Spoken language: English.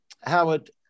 Howard